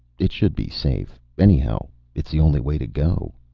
it should be safe. anyhow it's the only way to go.